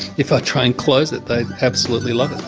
if i try and close it. they absolutely love it.